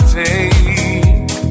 take